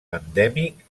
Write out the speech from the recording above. endèmic